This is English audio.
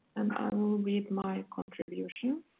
and i will read my contribution.